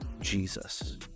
jesus